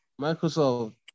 Microsoft